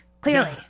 Clearly